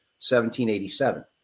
1787